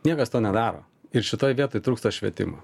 niekas to nedaro ir šitoj vietoj trūksta švietimo